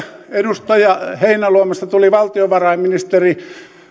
edustaja heinäluomasta tuli valtiovarainministeri